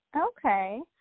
Okay